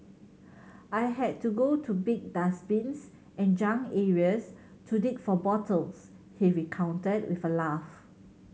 I had to go to big dustbins and junk areas to dig for bottles he recounted with a laugh